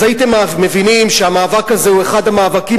אז הייתם מבינים שהמאבק הזה הוא אחד המאבקים